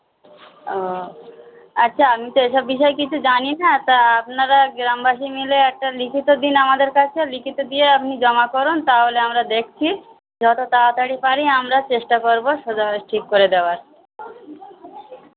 ওহ আচ্ছা আমি তো এই সব বিষয়ে কিছু জানি না তা আপনারা গ্রামবাসী মিলে একটা লিখিত দিন আমাদের কাছে লিখিত দিয়ে আপনি জমা করুন তাহলে আমরা দেখছি যত তাড়াতাড়ি পারি আমরা চেষ্টা করবো সোজাভাবে ঠিক করে দেওয়ার